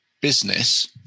business